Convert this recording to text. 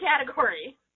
category